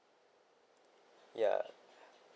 ya